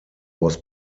was